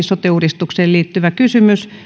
sote uudistukseen liittyvä kysymys